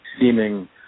seeming